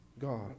God